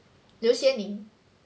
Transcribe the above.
刘些宁